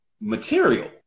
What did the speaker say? material